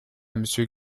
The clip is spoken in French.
monsieur